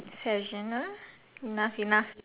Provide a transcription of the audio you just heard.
sessional enough enough